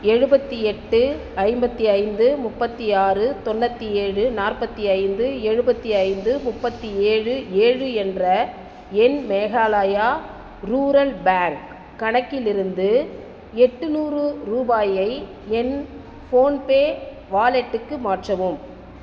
எழுபத்தி எட்டு ஐம்பத்தி ஐந்து முப்பத்தி ஆறு தொண்ணற்றி ஏழு நாற்பத்தி ஐந்து எழுபத்தி ஐந்து முப்பத்தி ஏழு ஏழு என்ற என் மேகாலாயா ரூரல் பேங்க் கணக்கிலிருந்து எட்டுநூறு ரூபாயை என் ஃபோன்பே வாலெட்டுக்கு மாற்றவும்